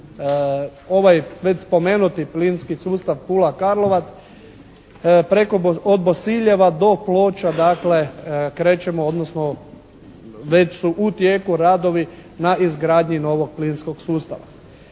ovaj već spomenuti plinski sustav Pula-Karlovac preko, od Bosiljeva do Ploča dakle krećemo odnosno već su u tijeku radovi na izgradnji novog plinskog sustava.